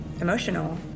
emotional